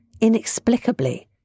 Inexplicably